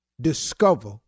Discover